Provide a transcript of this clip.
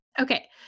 okay